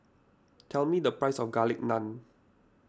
tell me the price of Garlic Naan